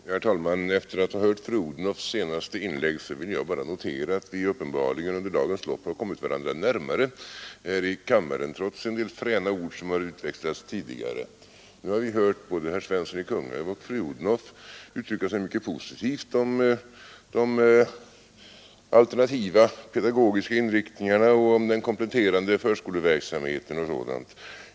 Herr talman! Efter att ha hört fru Odhnoffs senaste inlägg vill jag notera att vi uppenbarligen under dagens lopp har kommit varandra närmare här i kammaren trots en del fräna ord som har utväxlats tidigare. Nu har vi hört både herr Svensson i Kungälv och fru Odhnoff uttrycka sig mycket positivt om de alternativa pedagogiska inrättningarna, om den kompletterande förskoleverksamheten och sådant.